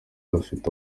bafite